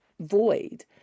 void